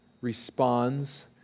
responds